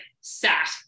sat